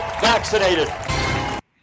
vaccinated